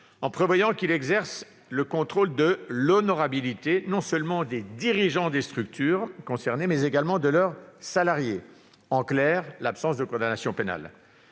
en prévoyant qu'il exerce le contrôle de l'honorabilité non seulement des dirigeants des structures concernées, mais également de leurs salariés : en clair, l'absence de condamnation pénale.